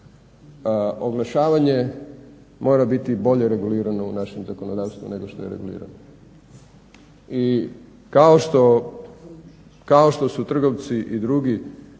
oglašavanje mora biti bolje regulirano u našem zakonodavstvu nego što je regulirano. I kao što su trgovci i drugi